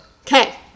Okay